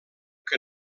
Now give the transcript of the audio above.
que